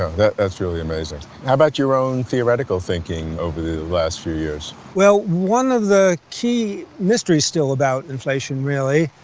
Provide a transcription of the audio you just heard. ah that's really amazing. how about your own theoretical thinking over the last few years? well, one of the key mysteries, still, about inflation, really,